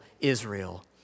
israel